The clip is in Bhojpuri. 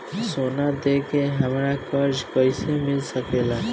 सोना दे के हमरा कर्जा कईसे मिल सकेला?